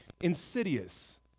insidious